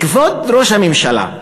כבוד ראש הממשלה,